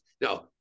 no